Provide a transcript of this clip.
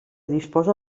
disposa